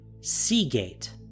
Seagate